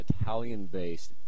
Italian-based